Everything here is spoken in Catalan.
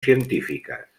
científiques